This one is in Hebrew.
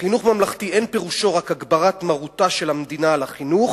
חינוך ממלכתי אין פירושו רק הגברת מרותה של המדינה על החינוך